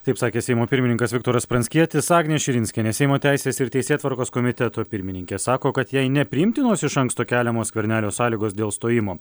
taip sakė seimo pirmininkas viktoras pranckietis agnė širinskienė seimo teisės ir teisėtvarkos komiteto pirmininkė sako kad jai nepriimtinos iš anksto keliamos skvernelio sąlygos dėl stojimo